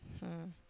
hmm